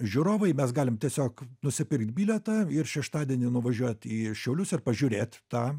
žiūrovai mes galim tiesiog nusipirkt bilietą ir šeštadienį nuvažiuot į šiaulius ir pažiūrėt tą